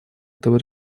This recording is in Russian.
этого